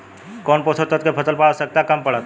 कौन पोषक तत्व के फसल पर आवशयक्ता कम पड़ता?